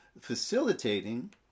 facilitating